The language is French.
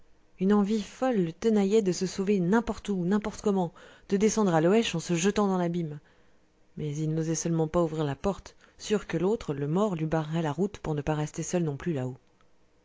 une envie folle le tenaillait de se sauver n'importe où n'importe comment de descendre à loëche en se jetant dans l'abîme mais il n'osait seulement pas ouvrir la porte sûr que l'autre le mort lui barrerait la route pour ne pas rester seul non plus là-haut